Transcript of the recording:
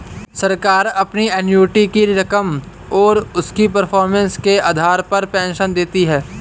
सरकार आपकी एन्युटी की रकम और उसकी परफॉर्मेंस के आधार पर पेंशन देती है